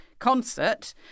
concert